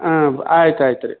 ಆಂ ಬ್ ಆಯ್ತು ಆಯ್ತು ರಿ